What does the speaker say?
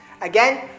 again